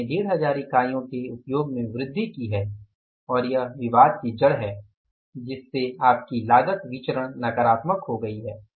हमने 1500 इकाइयों के उपयोग में वृद्धि की है और यह विवाद की जड़ है जिससे आपकी लागत विचरण नकारात्मक हो गई है